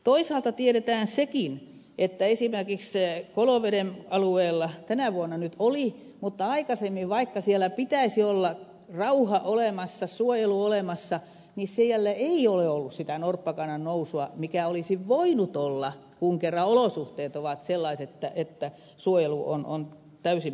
toisaalta tiedetään sekin että esimerkiksi koloveden alueella tänä vuonna nyt oli mutta aikaisemmin vaikka siellä pitäisi olla rauha olemassa suojelu olemassa niin siellä ei ole ollut sitä norppakannan nousua mikä olisi voinut olla kun kerran olosuhteet ovat sellaiset että suojelu on täysin mahdollista